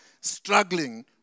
struggling